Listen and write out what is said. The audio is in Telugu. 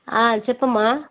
చెప్పమ్మా